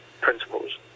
principles